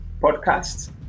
podcast